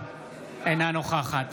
אינה נוכחת